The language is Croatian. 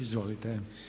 Izvolite.